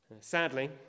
Sadly